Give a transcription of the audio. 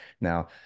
Now